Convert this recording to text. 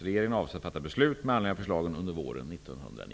Regeringen avser att fatta beslut med anledning av förslagen under våren